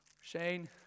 Shane